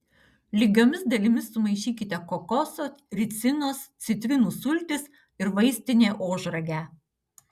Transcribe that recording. lygiomis dalimis sumaišykite kokoso ricinos citrinų sultis ir vaistinė ožragę